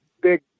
big